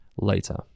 later